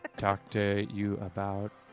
ah talk to you about.